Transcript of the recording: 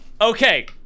Okay